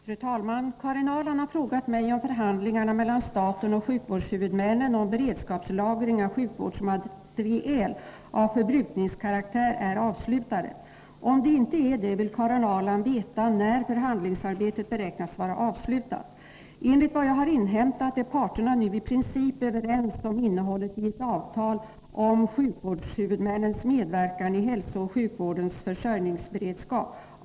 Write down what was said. Fru talman! Karin Ahrland har frågat mig om förhandlingarna mellan staten och sjukvårdshuvudmännen om beredskapslagring av sjukvårdsmateriel av förbrukningskaraktär är avslutade. Om de inte är det, vill Karin Ahrland veta när förhandlingsarbetet beräknas vara avslutat. Enligt vad jag har inhämtat är parterna nu i princip överens om innehållet i ett avtal om sjukvårdshuvudmännens medverkan i hälsooch sjukvårdens försörjningsberedskap.